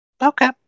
Okay